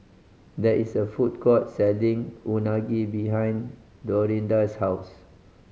there is a food court selling Unagi behind Dorinda's house